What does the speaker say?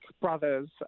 brothers